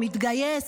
להתגייס,